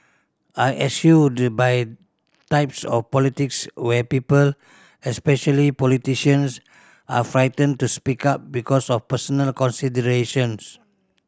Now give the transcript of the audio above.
I eschew types of politics where people especially politicians are frightened to speak up because of personal considerations